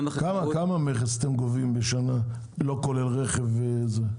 כמה מכס אתם גובים בשנה לא כולל רכב וזה?